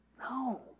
No